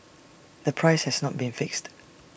the price has not been fixed